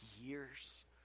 years